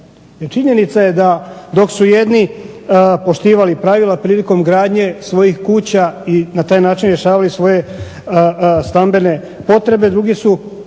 činjenica je da dok su jedni poštivali pravila prilikom gradnje svojih kuća i na taj način rješavali svoje stambene potrebe drugi su